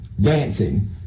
dancing